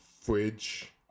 Fridge